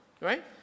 right